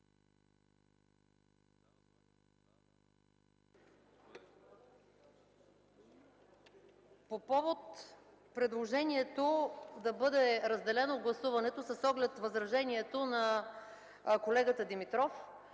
По повод предложението да бъде разделено гласуването, с оглед възражението на колегата Димитров,